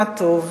מה טוב.